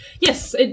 Yes